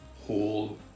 whole